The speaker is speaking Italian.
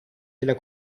della